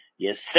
Yes